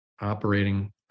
operating